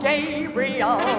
Gabriel